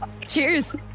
Cheers